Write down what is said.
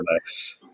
nice